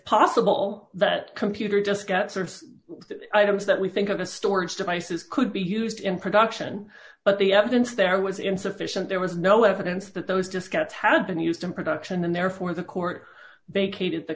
possible that computer just get sort of items that we think of the storage devices could be used in production but the evidence there was insufficient there was no evidence that those diskettes had been used in production and therefore the court vacated the